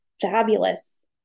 fabulous